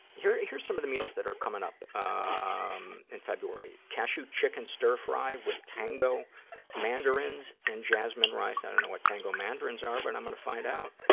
here's here's some of the meals that are coming up ah um in february, cashew chicken stir-fry with tango mandarins and jasmine rice. i don't know what tango mandarins are, but i'm going to find out.